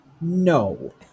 No